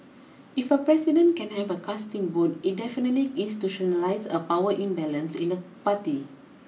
if a president can have a casting vote it definitely institutionalises a power imbalance in the party